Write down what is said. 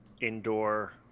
indoor